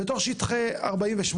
בתוך שטחי 1948,